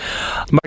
Mark